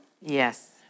Yes